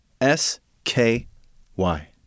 S-K-Y